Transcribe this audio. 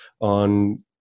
on